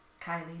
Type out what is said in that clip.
Kylie